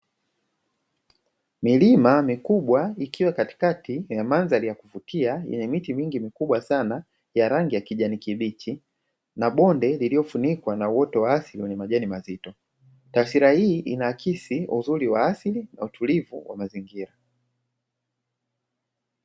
Milima mikubwa ikiwa katikati ya mandhari ya kuvutia yenye miti mingi mikubwa sana ya rangi ya kijani kibichi, na bonde lililofunikwa na uoto wa asili wenye majani mazito. Taswira hii inaaksi uzuri wa asili na utulivu wa mazingira.